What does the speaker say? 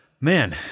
man